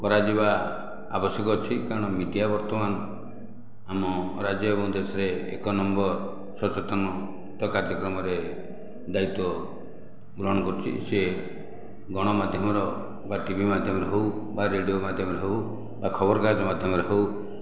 କରାଯିବା ଆବଶ୍ୟକ ଅଛି କାରଣ ମିଡ଼ିଆ ବର୍ତ୍ତମାନ ଆମ ରାଜ୍ୟ ଏବଂ ଦେଶରେ ଏକ ନମ୍ବର ସଚେତନତା କାର୍ଯ୍ୟକ୍ରମ ରେ ଦାୟିତ୍ଵ ଗ୍ରହଣ କରିଛି ସିଏ ଗଣମାଧ୍ୟମର ବା ଟିଭି ମାଧ୍ୟମରେ ହେଉ ବା ରେଡିଓ ମାଧ୍ୟମରେ ହେଉ ବା ଖବର କାଗଜ ମାଧ୍ୟମ ରେ ହେଉ